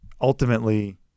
ultimately-